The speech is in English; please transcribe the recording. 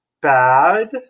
bad